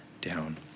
down